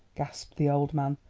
gasped the old man.